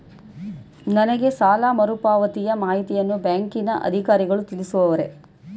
ನನಗೆ ಸಾಲ ಮರುಪಾವತಿಯ ಮಾಹಿತಿಯನ್ನು ಬ್ಯಾಂಕಿನ ಅಧಿಕಾರಿಗಳು ತಿಳಿಸುವರೇ?